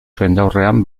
jendaurrean